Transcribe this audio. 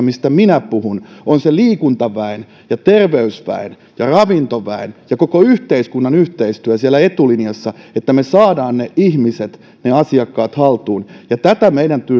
mistä minä puhun on se liikuntaväen ja terveysväen ja ravintoväen ja koko yhteiskunnan yhteistyö siellä etulinjassa että me saamme ne ihmiset ne asiakkaat haltuun ja tätä meidän